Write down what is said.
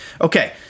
Okay